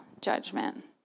judgment